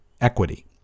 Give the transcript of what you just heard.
equity